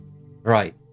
Right